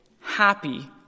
happy